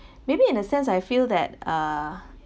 maybe in a sense I feel that uh